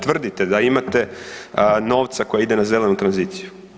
Tvrdite da imate novca koji ide na zelenu tranziciju.